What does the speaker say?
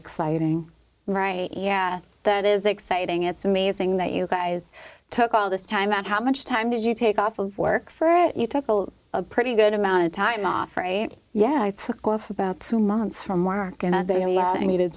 exciting right yeah that is exciting it's amazing that you guys took all this time and how much time did you take off of work for it you took a pretty good amount of time off right yeah i took off about two months from work and i